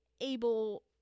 able